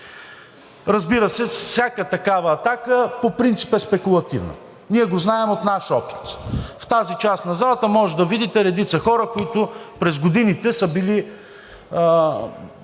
Разбира се, всяка такава атака по принцип е спекулативна. Ние го знаем от наш опит. В тази част на залата може да видите редица хора, които през годините са били